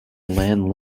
land